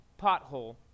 pothole